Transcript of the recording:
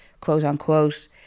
quote-unquote